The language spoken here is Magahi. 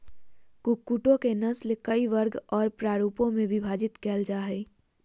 कुक्कुटों के नस्ल कई वर्ग और प्ररूपों में विभाजित कैल जा हइ